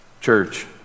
church